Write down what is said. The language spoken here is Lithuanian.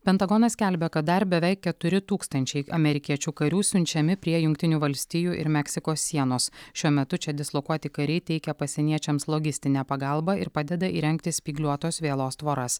pentagonas skelbia kad dar beveik keturi tūkstančiai amerikiečių karių siunčiami prie jungtinių valstijų ir meksikos sienos šiuo metu čia dislokuoti kariai teikia pasieniečiams logistinę pagalbą ir padeda įrengti spygliuotos vielos tvoras